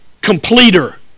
completer